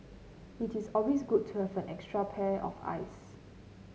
it is always good to have an extra pair of eyes